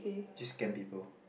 just scam people